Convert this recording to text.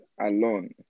alone